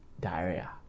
diarrhea